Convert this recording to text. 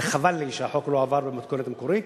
וחבל לי שהחוק לא עבר במתכונת המקורית.